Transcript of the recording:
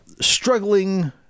struggling